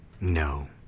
No